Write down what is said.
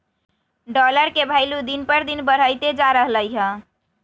dollar के भइलु दिन पर दिन बढ़इते जा रहलई ह